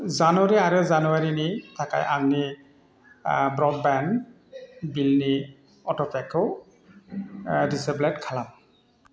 जानुवारि आरो जानुवारिनि थाखाय आंनि ब्र'डबेन्ड बिलनि अट'पेखौ दिसेब्लेद खालाम